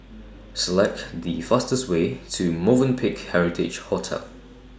Select The fastest Way to Movenpick Heritage Hotel